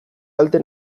kalte